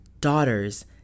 daughters